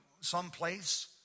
someplace